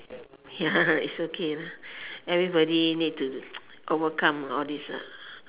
ya it's okay lah everybody need to overcome all this ah